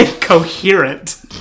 Coherent